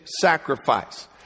sacrifice